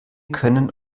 können